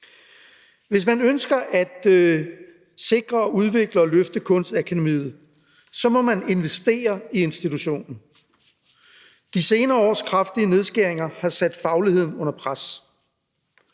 Hvis man ønsker at sikre, udvikle og løfte Kunstakademiet, må man investere i institutionen. De senere års kraftige nedskæringer har sat fagligheden under pres.